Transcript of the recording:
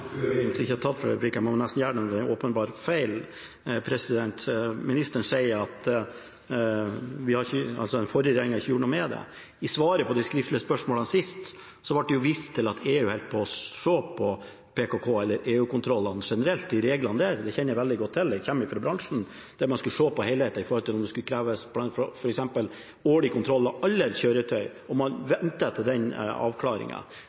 jeg egentlig ikke ha tatt flere replikker, men jeg må nesten gjøre det når det er åpenbare feil. Ministeren sier at den forrige regjeringen ikke gjorde noe med det. I svaret på de skriftlige spørsmålene sist ble det jo vist til at EU holdt på å se på PKK eller EU-kontrollene generelt, de reglene der, det kjenner jeg veldig godt til. Jeg kommer fra bransjen. Der skulle man se på helheten når det gjelder om det skulle kreves f.eks. årlige kontroller av alle kjøretøy, og man ventet på den